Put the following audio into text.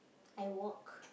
I walk